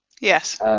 Yes